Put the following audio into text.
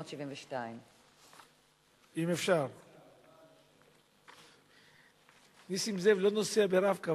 1672. נסים זאב לא נוסע ב"רב-קו",